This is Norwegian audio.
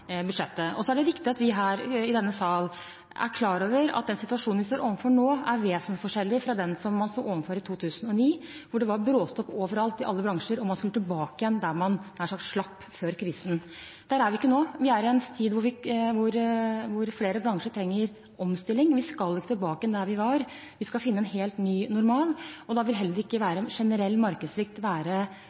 er viktig at vi her i denne sal er klar over at den situasjonen vi står overfor nå, er vesensforskjellig fra den situasjonen vi sto overfor i 2009, hvor det var bråstopp over alt, i alle bransjer, og man skulle tilbake til der man – nær sagt – slapp før krisen. Der er vi ikke nå; vi er i en tid hvor flere bransjer trenger omstilling, og vi skal ikke tilbake til der vi var. Vi skal finne en helt ny normal, og da vil ikke generell markedssvikt være